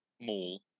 mall